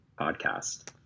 podcast